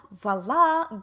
voila